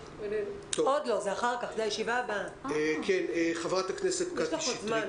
אבל אין בעניין הזה הסכמה.